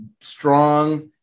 strong